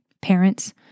Parents